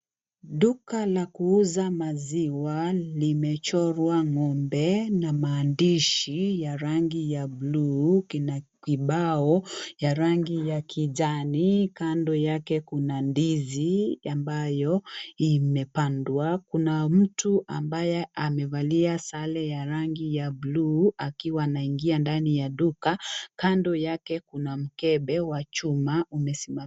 Duka la kuuza maziwa limechorwa ngombe na maandishi ya rangi ya bluu , kina kibao ya rangi ya kijani, kando yake kuna ndizi ambayo imepandwa, kuna mtu ambaye amevalia sare ya rangi ya bluu akiwa anaingia ndani ya duka kando yake kuna mkebe wa chuma umesima.